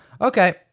Okay